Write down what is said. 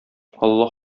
алла